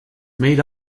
made